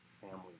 family